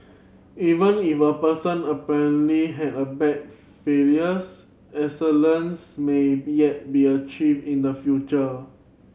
even if a person apparently had a bad failures excellence may yet be achieved in the future